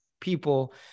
people